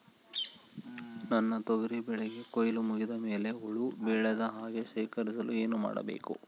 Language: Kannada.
ನನ್ನ ತೊಗರಿ ಬೆಳೆಗೆ ಕೊಯ್ಲು ಮುಗಿದ ಮೇಲೆ ಹುಳು ಬೇಳದ ಹಾಗೆ ಶೇಖರಿಸಲು ಏನು ಮಾಡಬೇಕು?